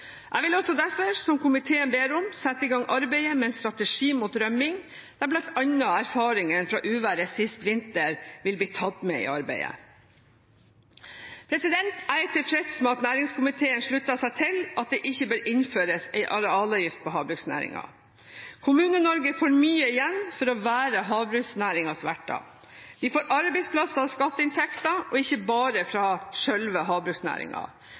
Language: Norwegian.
Jeg vil derfor, slik komiteen ber om, sette i gang arbeidet men en strategi mot rømning, der bl.a. erfaringene fra uværet sist vinter vil bli tatt med i arbeidet. Jeg er tilfreds med at næringskomiteen slutter seg til at det ikke bør innføres en arealavgift for havbruksnæringen. Kommune-Norge får mye igjen for å være havbruksnæringens verter. De får arbeidsplasser og skatteinntekter, og ikke bare fra